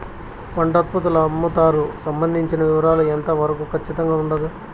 పంట ఉత్పత్తుల అమ్ముతారు సంబంధించిన వివరాలు ఎంత వరకు ఖచ్చితంగా ఉండదు?